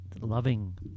loving